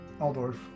Aldorf